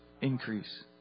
increase